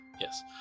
yes